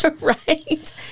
right